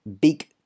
big